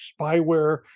spyware